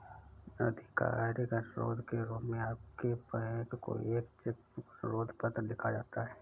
आधिकारिक अनुरोध के रूप में आपके बैंक को एक चेक बुक अनुरोध पत्र लिखा जाता है